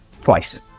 Twice